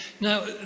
Now